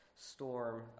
storm